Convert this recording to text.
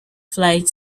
flight